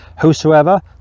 Whosoever